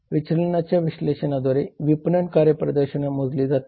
विचलनाच्या विश्लेषणाद्वारे विपणन कार्यप्रदर्शन मोजले जाते